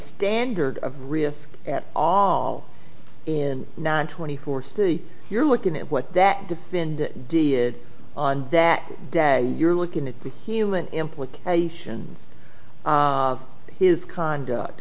standard of risk at all in nine twenty four city you're looking at what that depend on that day you're looking at human implications of his conduct